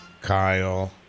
Kyle